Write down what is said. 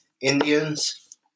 Indians